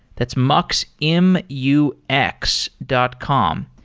that's mux, m u x dot com.